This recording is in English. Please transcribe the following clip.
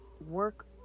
work